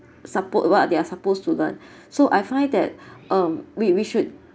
support what they're supposed to learn so I find that um we we should